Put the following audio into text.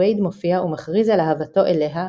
וייד מופיע ומכריז על אהבתו אליה,